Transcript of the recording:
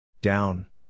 Down